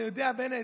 אתה יודע, בנט,